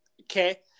Okay